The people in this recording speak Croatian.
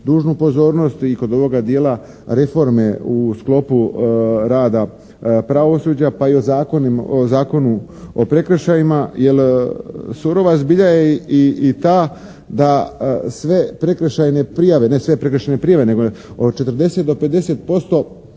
dužnu pozornost i kod ovoga dijela reforme u sklopu rada pravosuđa pa i o Zakonu o prekršajima. Jer surova zbilja je i ta da sve prekršajne prijave, ne sve prekršajne prijave nego od 40 do 50%